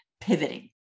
pivoting